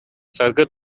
саргы